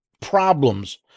problems